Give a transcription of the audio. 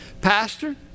pastor